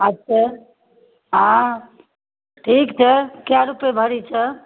अच्छा हँ ठीक छै कए रुपैए भरी छै